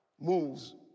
moves